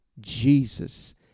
Jesus